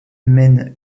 mène